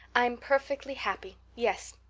i'm perfectly happy yes,